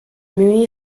mooney